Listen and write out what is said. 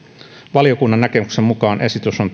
valiokunnan näkemyksen mukaan esitys on